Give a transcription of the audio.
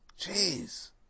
Jeez